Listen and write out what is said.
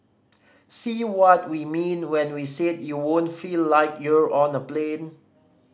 see what we mean when we said you won't feel like you're on a plane